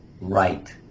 Right